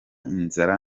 inzara